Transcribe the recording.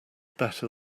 better